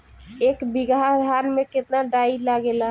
एक बीगहा धान में केतना डाई लागेला?